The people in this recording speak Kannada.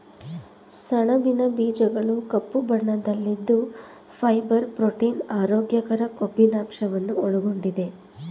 ಸಣಬಿನ ಬೀಜಗಳು ಕಪ್ಪು ಬಣ್ಣದಲ್ಲಿದ್ದು ಫೈಬರ್, ಪ್ರೋಟೀನ್, ಆರೋಗ್ಯಕರ ಕೊಬ್ಬಿನಂಶವನ್ನು ಒಳಗೊಂಡಿದೆ